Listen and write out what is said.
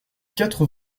quatre